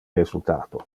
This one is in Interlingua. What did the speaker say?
resultato